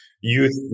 Youth